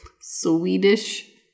Swedish